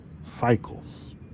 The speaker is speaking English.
Cycles